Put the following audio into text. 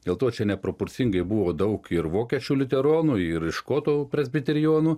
dėl to čia neproporcingai buvo daug ir vokiečių liuteronų ir škotų presbiterionų